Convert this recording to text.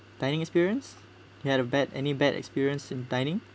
dining experience you had a bad any bad experience in dining